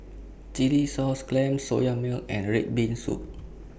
Chilli Sauce Clams Soya Milk and Red Bean Soup